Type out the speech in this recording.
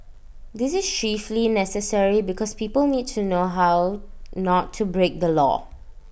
this is chiefly necessary because people need to know how not to break the law